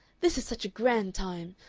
this is such a grand time!